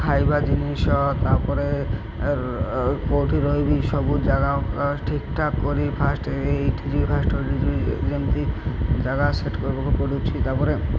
ଖାଇବା ଜିନିଷ ତା'ପରେ କେଉଁଠି ରହିବି ସବୁ ଜାଗା ଠିକ୍ ଠାକ୍ କରି ଫାଷ୍ଟ୍ ଏଇଠି ଫାଷ୍ଟ୍ ଏ ଯିବ ଯେମିତି ଜାଗା ସେଟ୍ କରିବାକୁ ପଡ଼ୁଛି ତା'ପରେ